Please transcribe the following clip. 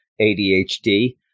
ADHD